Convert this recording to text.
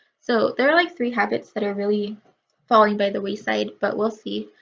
so there are like three habits that are really following by the wayside but we'll see.